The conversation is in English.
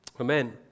Amen